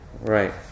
Right